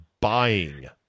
buying